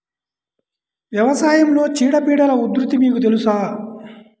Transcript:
వ్యవసాయంలో చీడపీడల ఉధృతి మీకు తెలుసా?